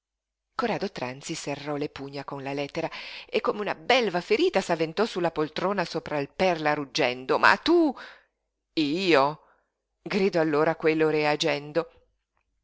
corrado tranzi serrò le pugna con la lettera e come una belva ferita s'avventò su la poltrona sopra il perla ruggendo ma tu io gridò allora quello reagendo